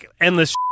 endless